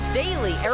daily